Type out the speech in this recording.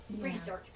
research